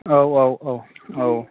औ औ औ